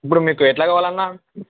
ఇప్పుడు మీకు ఎట్లా కావాలి అన్న